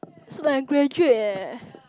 that's when I graduate leh